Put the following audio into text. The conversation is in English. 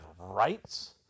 rights